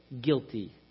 guilty